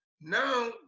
Now